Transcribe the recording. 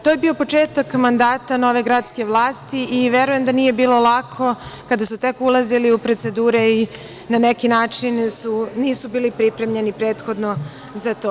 To je bio početak mandata nove gradske vlasti i verujem da nije bilo lako kada su tek ulazili u procedure i na neki način nisu bili pripremljeni prethodno za to.